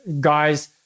guys